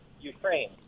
Ukraine